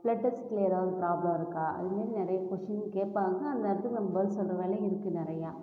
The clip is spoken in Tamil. ப்ளட் டெஸ்ட்ல எதாவது ப்ராப்ளம் இருக்கா அது மாதிரி நிறைய கொஷின் கேட்பாங்க அந்த இடத்துல நம்ம பதில் சொல்கிற வேலையும் இருக்குது நிறையா